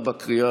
נתקבל.